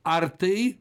ar tai